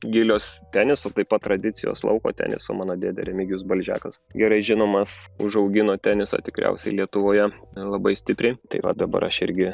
gilios teniso taip pat tradicijos lauko teniso mano dėdė remigijus balžekas gerai žinomas užaugino tenisą tikriausiai lietuvoje labai stipriai tai va dabar aš irgi